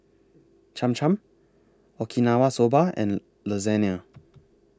Cham Cham Okinawa Soba and Lasagne